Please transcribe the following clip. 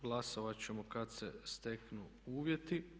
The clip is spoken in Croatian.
Glasovati ćemo kada se steknu uvjeti.